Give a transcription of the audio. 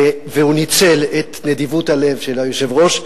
והוא ניצל את נדיבות הלב של היושב-ראש,